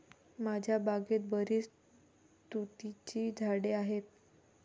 माझ्या बागेत बरीच तुतीची झाडे आहेत